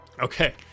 Okay